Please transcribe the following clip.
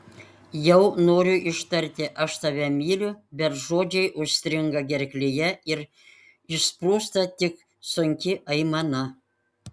jau noriu ištarti aš tave myliu bet žodžiai užstringa gerklėje ir išsprūsta tik sunki aimana